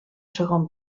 segon